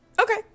Okay